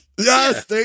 Yes